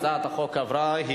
הצעת החוק למניעת הטרדה מינית,